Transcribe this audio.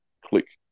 Click